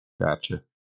Gotcha